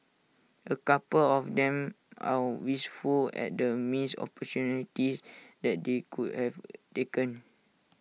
A couple of them are wistful at the missed opportunities that they could have taken